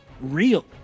real